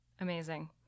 Amazing